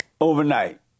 overnight